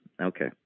Okay